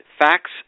facts